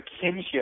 kinship